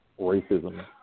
racism